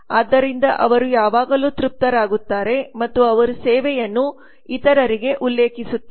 ಆದ್ದರಿಂದ ಅವರು ಯಾವಾಗಲೂ ತೃಪ್ತರಾಗುತ್ತಾರೆ ಮತ್ತು ಅವರು ಸೇವೆಯನ್ನು ಇತರರಿಗೆ ಉಲ್ಲೇಖಿಸುತ್ತಾರೆ